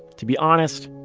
to be honest,